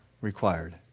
required